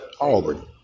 Auburn